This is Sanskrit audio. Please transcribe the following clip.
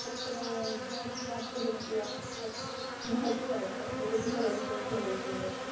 तत्र जे आर् एफ़् प्राप्यते वा महती आशा बहुभ्यः वर्षेभ्यः विद्यमाना